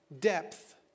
depth